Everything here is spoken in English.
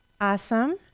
Awesome